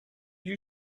you